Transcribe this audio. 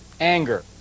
Anger